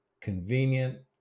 convenient